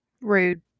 rude